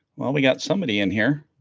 well we got somebody in here